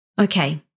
Okay